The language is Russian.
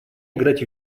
играть